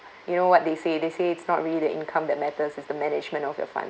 you know what they say they say it's not really the income that matters is the management of your funds